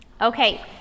Okay